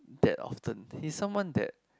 that often he's someone that